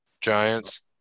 Giants